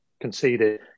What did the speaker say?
conceded